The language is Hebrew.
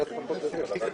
היקף השימוש באוטובוסים,